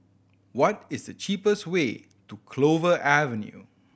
what is the cheapest way to Clover Avenue